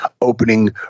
opening